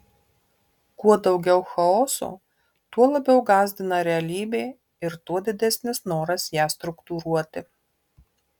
kuo daugiau chaoso tuo labiau gąsdina realybė ir tuo didesnis noras ją struktūruoti